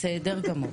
בסדר גמור,